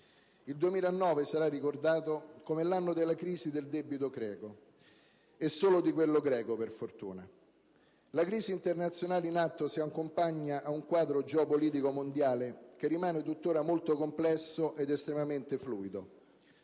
Sarà ricordato come l'anno della crisi del debito greco e solo di quello greco, per fortuna. La crisi internazionale in atto si accompagna ad un quadro geopolitico mondiale che rimane tuttora molto complesso ed estremamente fluido,